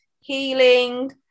healing